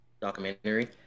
Documentary